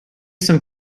some